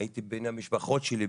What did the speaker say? שהייתי בין המשפחות שלי,